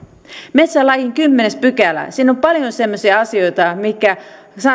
metsälain kymmenes pykälä siinä on paljon semmoisia asioita mitkä